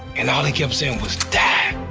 and all they kept saying was, die!